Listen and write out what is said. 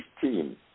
team